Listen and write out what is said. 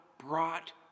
brought